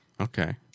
Okay